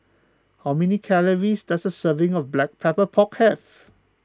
how many calories does a serving of Black Pepper Pork have